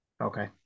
Okay